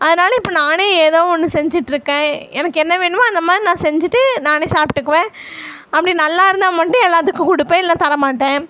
அதனால் இப்போ நானே ஏதோ ஒன்று செஞ்சுட்டுருக்கன் எனக்கு என்ன வேணுமோ அந்தமாதிரி நான் செஞ்சுட்டு நானே சாப்பிட்டுக்குவன் அப்படி நல்லாயிருந்தா மட்டும் எல்லாத்துக்கும் கொடுப்பேன் இல்லைனா தரமாட்டேன்